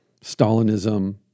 Stalinism